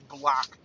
block